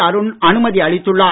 அருண் அனுமதி அளித்துள்ளார்